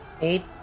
Eight